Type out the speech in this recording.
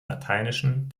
lateinischen